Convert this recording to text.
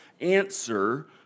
answer